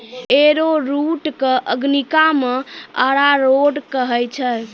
arrowroot कॅ अंगिका मॅ अरारोट कहै छै